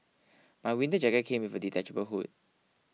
my winter jacket came with a detachable hood